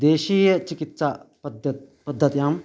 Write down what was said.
देशीयचिकित्सापद्धतिः पद्धत्यां